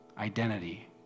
identity